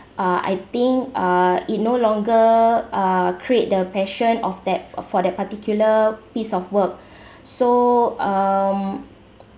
uh I think uh it no longer uh create the passion of that of for that particular piece of work so um